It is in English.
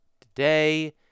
today